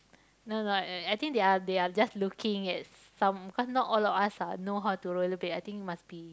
no like uh I think they are they are just looking at some cause not all of us are know how to rollerblade I think must be